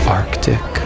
arctic